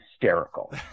hysterical